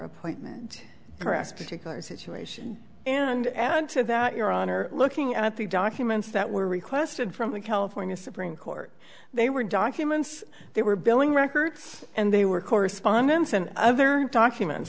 appointment or asked particular situation and add to that your honor looking at the documents that were requested from the california supreme court they were documents they were billing records and they were correspondence and other documents